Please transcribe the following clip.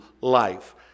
life